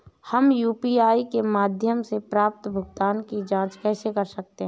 हम यू.पी.आई के माध्यम से प्राप्त भुगतान की जॉंच कैसे कर सकते हैं?